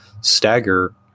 stagger